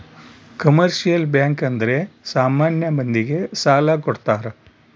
commercial bank ಅಂದ್ರೆ ಸಾಮಾನ್ಯ ಮಂದಿ ಗೆ ಸಾಲ ಕೊಡ್ತಾರ